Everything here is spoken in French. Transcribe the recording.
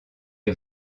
est